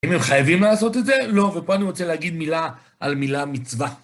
אם הם חייבים לעשות את זה, לא, ופה אני רוצה להגיד מילה על מילה מצווה.